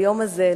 ביום הזה,